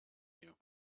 you